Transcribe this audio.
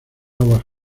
aguas